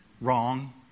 Wrong